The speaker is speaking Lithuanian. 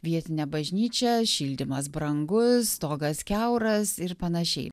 vietinę bažnyčią šildymas brangus stogas kiauras ir pan